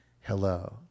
hello